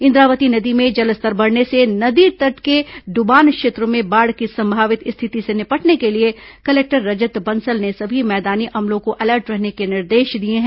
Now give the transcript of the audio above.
इंद्रावती नदी में जलस्तर बढ़ने से नदी तट के डूबान क्षेत्रों में बाढ़ की संभावित स्थिति से निपटने के लिए कलेक्टर रजत बंसल ने सभी मैदानी अमलों को अलर्ट रहने के निर्देश दिए हैं